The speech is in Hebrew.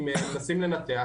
אם מנסים לנתח,